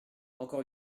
encore